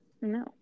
No